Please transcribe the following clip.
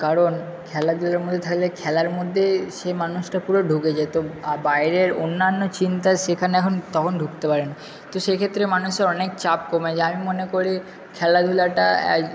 কারণ খেলাধুলার মধ্যে থাকলে খেলার মধ্যে সে মানুষটা পুরো ঢুকে যেতো আর বাইরের অন্যান্য চিন্তা সেখানে এখন তখন ঢুকতে পারে না তো সে ক্ষেত্রে মানুষের অনেক চাপ কমে যায় আমি মনে করি খেলাধুলাটা